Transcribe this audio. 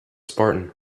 spartan